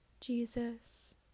Jesus